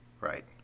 Right